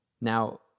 Now